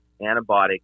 antibiotic